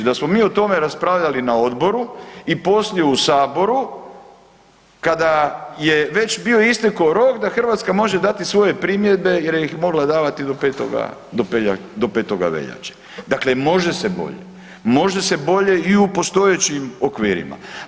Da smo mi o tome raspravljali na Odboru i poslije u Saboru kada je već bio isteko rok da Hrvatska može dati svoje primjedbe jer ih je mogla davati do 5. do 5. veljače, dakle može se bolje, može se bolje i u postojećim okvirima.